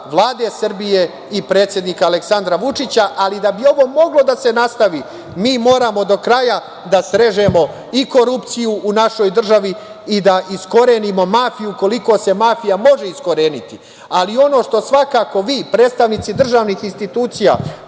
Vlade Srbije i predsednika Aleksandra Vučića. Ali da bi ovo moglo da se nastavi, mi moramo do kraja da srežemo i korupciju u našoj državi i da iskorenimo mafiju, koliko se mafija može iskoreniti. Ono što svakako vi, predstavnici državnih institucija,